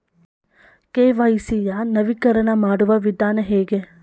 KYC ಯ ನವೀಕರಣ ಮಾಡುವ ವಿಧಾನ ಹೇಗೆ?